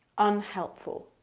unhelpful